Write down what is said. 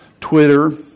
Twitter